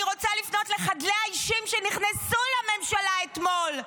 אני רוצה לפנות לחדלי האישים שנכנסו לממשלה אתמול.